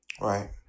Right